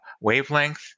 wavelength